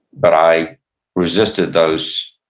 but i resisted those